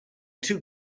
too